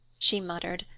she muttered,